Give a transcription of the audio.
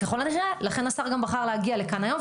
וככל הנראה לכן השר גם בחר להגיע לכאן היום,